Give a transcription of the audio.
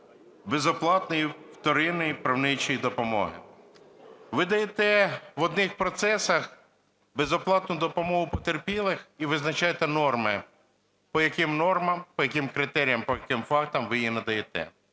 безоплатної вторинної правничої допомоги. Ви даєте в одних процесах безоплатну допомогу потерпілим і визначаєте норми, по яким нормам, по яким критеріям, по яким фактам ви її надаєте.